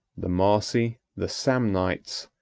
the marsi, the samnites,